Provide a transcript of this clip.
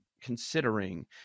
considering